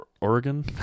Oregon